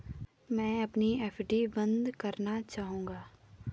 मैं अपनी एफ.डी बंद करना चाहूंगा